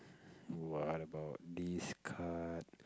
what about this card